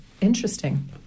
Interesting